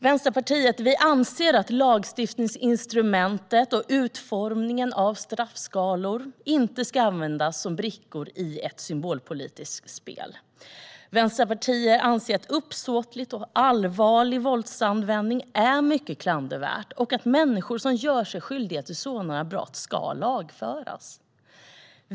Vänsterpartiet anser att lagstiftningsinstrumentet och utformningen av straffskalor inte ska användas som brickor i ett symbolpolitiskt spel. Vänsterpartiet anser att uppsåtlig och allvarlig våldsanvändning är mycket klandervärd och att människor som gör sig skyldiga till sådana brott ska lagföras.